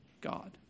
God